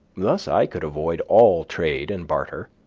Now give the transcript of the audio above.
thus i could avoid all trade and barter,